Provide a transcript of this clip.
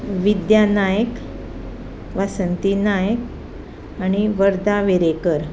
विद्या नायक वासंती नायक आनी वर्धा वेरेंकर